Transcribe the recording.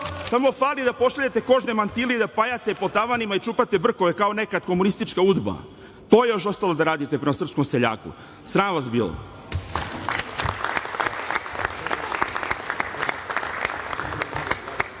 Samo fali da pošaljete kožne mantile i da pajate po tavanima i čupate brkove kao nekad komunistička UDBA. To je još ostalo da radite prema srpskom seljaku. Sram vas bilo.